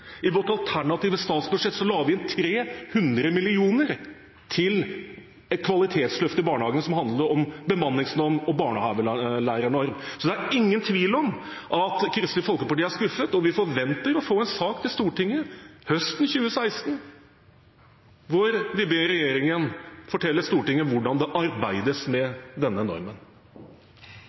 I vårt alternative statsbudsjett la vi inn 300 mill. kr til et kvalitetsløft i barnehagen, som handlet om bemanningsnorm og barnehagelærernorm. Så det er ingen tvil om at Kristelig Folkeparti er skuffet, og vi forventer å få en sak til Stortinget høsten 2016, hvor regjeringen forteller Stortinget hvordan det arbeides med denne normen.